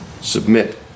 Submit